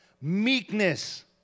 meekness